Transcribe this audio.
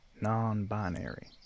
non-binary